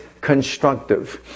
constructive